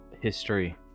history